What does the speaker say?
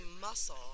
muscle